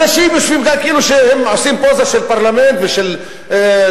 אנשים יושבים כאן כאילו הם עושים פוזה של פרלמנט ושל דמוקרטיה,